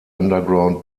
underground